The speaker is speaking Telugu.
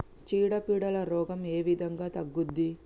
చీడ పీడల రోగం ఏ విధంగా తగ్గుద్ది?